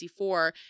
1964